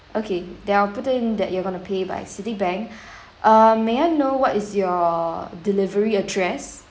okay then I'll put in that you're going to pay by citibank uh may I know what is your delivery address